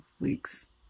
weeks